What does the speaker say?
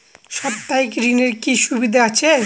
সাপ্তাহিক ঋণের কি সুবিধা আছে?